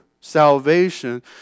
salvation